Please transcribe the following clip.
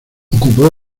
ocupó